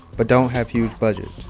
but don't have huge budgets?